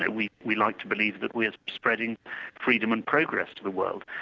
and we we like to believe that we're spreading freedom and progress to the world,